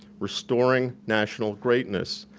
restoring national greatness.